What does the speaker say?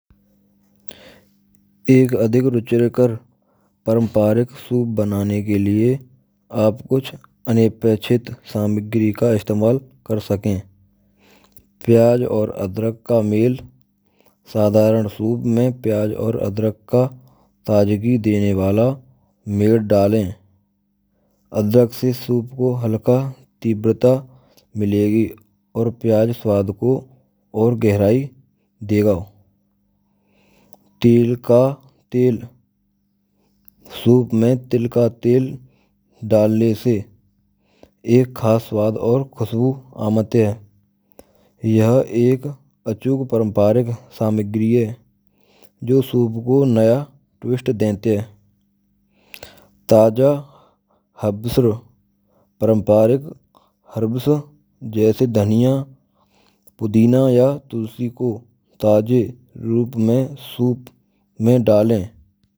Ek aadhik ruchilkar paaramparik soup banaane ke lie. Aap kuchh anekshit samagree ka istamaal kar saken. Pyaaj aur adarak ka mel saadhaaran soup mein pyaaj aur adarak ka taajgi dene vaalo med daalen. Adarak se soup ko halka tivrata milegee. Aur pyaaj svaad ko aur gehrai dego. Til ka tel soup mai til ka tail dalne se ek khasbaat khushboo avat hay. Yah ek achuk pramparik samagree hay. Jo soup ko nya taste deyte hay. Taaja herbes pramparik herbes jaise dhaniya, paudina ya tulsi ko taaje rup mai soup mai daale.